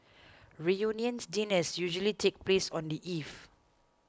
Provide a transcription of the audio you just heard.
reunion dinners usually take place on the eve